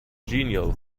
genial